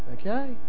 okay